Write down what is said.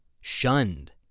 shunned